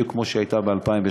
בדיוק כמו שהיא הייתה ב-2008.